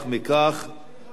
הצעות מס' 8649,